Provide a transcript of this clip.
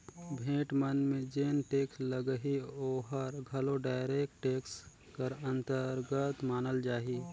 भेंट मन में जेन टेक्स लगही ओहर घलो डायरेक्ट टेक्स कर अंतरगत मानल जाही